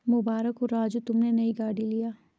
मुबारक हो राजू तुमने नया गाड़ी लिया